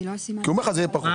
כי הוא אומר לך שזה יהיה פחות.